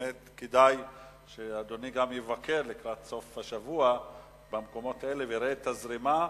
אולי כדאי שאדוני יבקר לקראת סוף השבוע במקומות האלה ויראה את הזרימה,